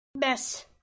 mess